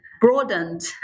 broadened